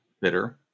bitter